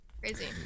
crazy